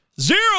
zero